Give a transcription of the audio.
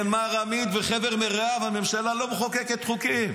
כן, מר עמית וחבר מרעיו, הממשלה לא מחוקקת חוקים.